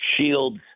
shields